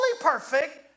perfect